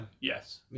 yes